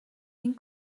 این